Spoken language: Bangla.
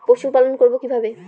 পশুপালন করব কিভাবে?